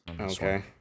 Okay